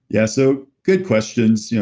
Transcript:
yes, so good questions. yeah